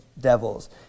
devils